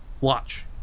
Watch